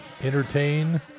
entertain